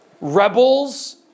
Rebels